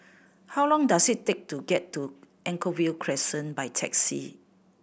how long does it take to get to Anchorvale Crescent by taxi